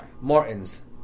Martin's